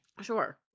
Sure